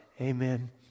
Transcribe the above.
Amen